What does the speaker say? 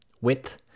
width